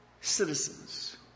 citizens